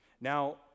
Now